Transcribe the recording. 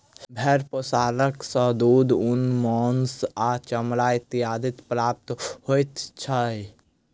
भेंड़ पोसला सॅ दूध, ऊन, मौंस आ चमड़ा इत्यादि प्राप्त होइत छै